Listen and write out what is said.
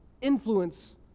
influence